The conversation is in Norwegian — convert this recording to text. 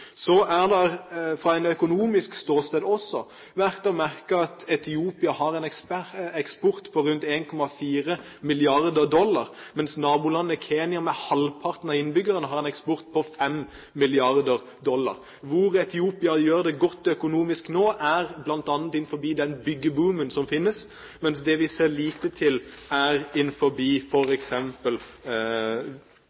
så mange innbyggere, har en eksport på 5 mrd. dollar. Hvor Etiopia nå gjør det godt økonomisk, er bl.a. innenfor den byggeboomen som finnes, mens det vi ser lite til, er